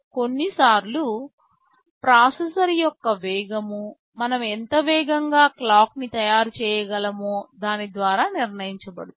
కొన్నిసార్లు ప్రాసెసర్ యొక్క వేగం మనం ఎంత వేగంగా క్లాక్ నీ తయారు చేయగలమో దాని ద్వారా నిర్ణయించబడుతుంది